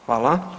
Hvala.